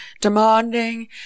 demanding